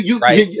Right